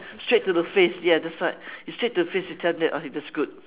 straight to the face ya that's right you straight to the face you tell them okay that's good